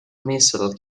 missile